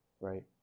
right